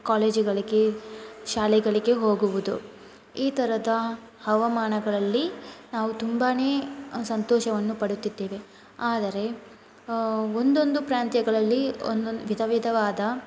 ಕಾಲೇಜುಗಳಿಗೆ ಶಾಲೆಗಳಿಗೆ ಹೋಗುವುದು ಈ ಥರದ ಹವಾಮಾನಗಳಲ್ಲಿ ನಾವು ತುಂಬಾ ಸಂತೋಷವನ್ನು ಪಡುತ್ತಿದ್ದೇವೆ ಆದರೆ ಒಂದೊಂದು ಪ್ರಾಂತ್ಯಗಳಲ್ಲಿ ಒಂದೊಂದು ವಿಧ ವಿಧವಾದ